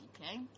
Okay